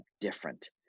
different